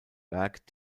werk